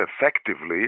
effectively